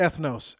ethnos